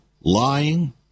lying